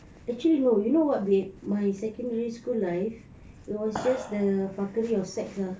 actually no you know what babe my secondary school life it was just the fuckery of sex ah